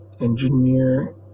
engineer